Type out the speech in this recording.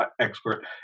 expert